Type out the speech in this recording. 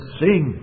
sing